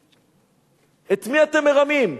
את מי אתם מרמים?